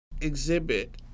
exhibit